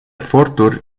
eforturi